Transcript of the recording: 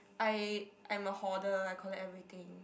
I I'm a hoarder I collect everything